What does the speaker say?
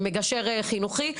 מגשר חינוכי,